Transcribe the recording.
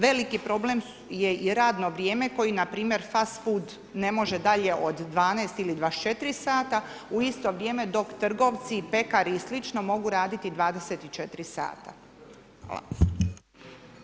Veliki problem je i radno vrijeme koji npr. fast food ne može dalje od 12 ili 24 sata u isto vrijeme dok trgovci, pekari i slično mogu raditi 24 sata.